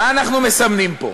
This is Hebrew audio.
מה אנחנו מסמנים פה?